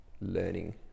learning